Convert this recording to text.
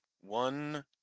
one